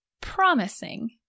promising